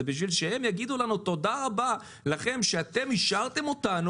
בשביל שהם יגידו לנו תודה רבה לכם שאתם השארתם אותנו